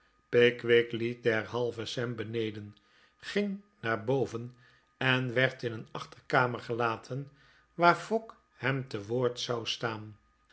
pickwick liet derhalve sam beneden ging naar boven en werd in een achterkamer gelaten waar fogg hem te woord zou staan